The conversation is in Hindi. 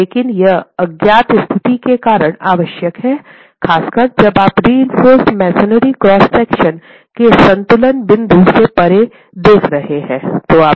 लेकिन यह अज्ञात स्थिति के कारण आवश्यक है खासकर जब आप रिइंफोर्स मसोनरी क्रॉस सेक्शन के संतुलन बिंदु से परे देख रहे हों